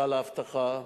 סל האבטחה,